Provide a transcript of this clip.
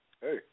Hey